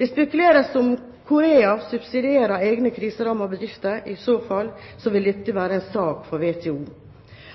Det spekuleres i om Korea subsidierer egne kriserammede bedrifter. I så fall vil dette være en sak for WTO.